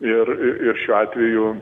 ir ir šiuo atveju